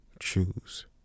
choose